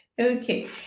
Okay